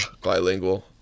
bilingual